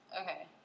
Okay